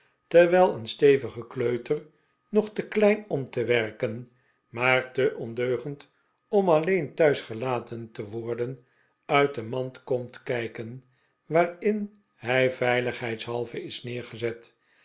terwijl een stevige kleuter nog te klein om te werken maar te ondeugend om alleen thuis gelaten te worden uit de mand komt kijken waarin hij veiligheidshalve is neergezet